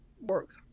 work